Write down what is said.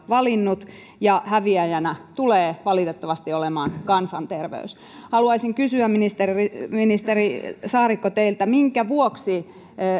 valinnut ja häviäjänä tulee valitettavasti olemaan kansanterveys haluaisin kysyä ministeri ministeri saarikko teiltä minkä vuoksi